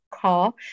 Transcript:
call